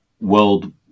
World